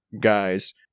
guys